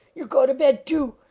you go to bed too!